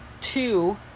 two